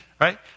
right